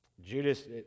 Judas